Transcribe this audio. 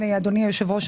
אדוני היושב-ראש,